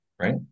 right